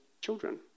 children